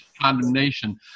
condemnation